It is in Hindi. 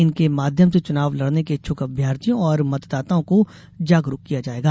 इनके माध्यम से चुनाव लड़ने के इच्छुक अभ्यार्थियों और मतदाताओं को जागरूक किया जायेगा